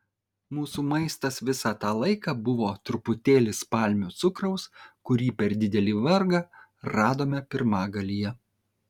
mūsų maistas visą tą laiką buvo truputėlis palmių cukraus kurį per didelį vargą radome pirmagalyje